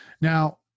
Now